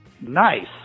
Nice